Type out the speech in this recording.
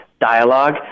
Dialogue